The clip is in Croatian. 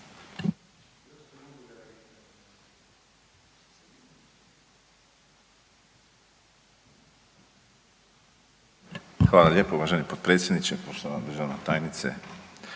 Hvala lijepa uvaženi potpredsjedniče, poštovana državna tajnice